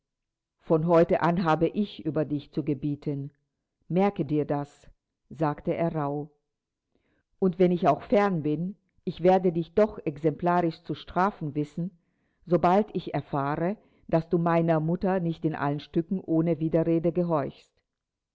von heute an habe ich über dich zu gebieten merke dir das sagte er rauh und wenn ich auch fern bin ich werde dich doch exemplarisch zu strafen wissen sobald ich erfahre daß du meiner mutter nicht in allen stücken ohne widerrede gehorchst